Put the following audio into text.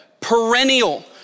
perennial